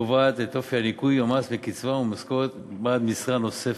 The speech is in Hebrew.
קובעת את אופן ניכוי המס מקצבה וממשכורת בעד משרה נוספת.